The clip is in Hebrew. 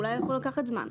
אולי יכול לקחת זמן,